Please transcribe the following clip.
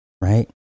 right